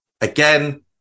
Again